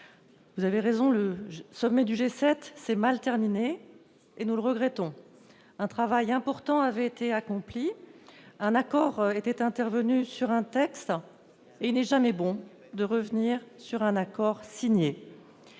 vous avez raison, le sommet du G7 s'est mal terminé et nous le regrettons. Un travail important avait été accompli, un accord était intervenu sur un texte ; il n'est jamais bon de revenir sur un accord signé.